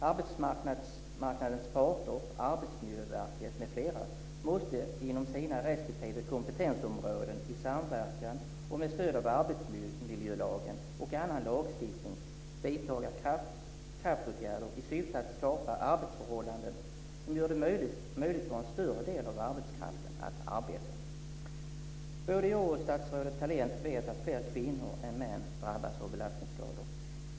Arbetsmarknadens parter, Arbetsmiljöverket m.fl. måste inom sina respektive kompetensområden i samverkan och med stöd av arbetsmiljölagen och annan lagstiftning vidta kraftåtgärder i syfte att skapa arbetsförhållanden som gör det möjligt för en större del av arbetskraften att arbeta. Både jag och statsrådet Thalén vet att fler kvinnor än män drabbas av belastningsskador.